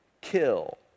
kill